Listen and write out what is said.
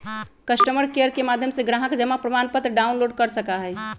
customer care के माध्यम से ग्राहक जमा प्रमाणपत्र डाउनलोड कर सका हई